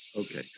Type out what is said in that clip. Okay